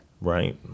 Right